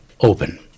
open